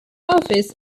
office